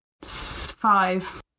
five